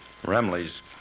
Remley's